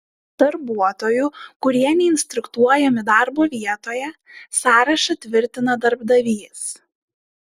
darbuotojų kurie neinstruktuojami darbo vietoje sąrašą tvirtina darbdavys